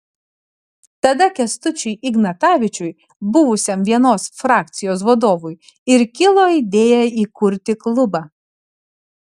tada kęstučiui ignatavičiui buvusiam vienos frakcijos vadovui ir kilo idėja įkurti klubą